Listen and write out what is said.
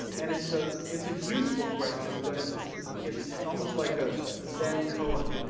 and it's ah it's a useful question. but it's ah it's almost like ah a zen kaon,